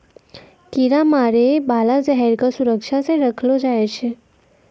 कीरा मारै बाला जहर क सुरक्षा सँ रखलो जाय छै